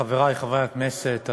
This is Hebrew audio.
חברי חברי הכנסת,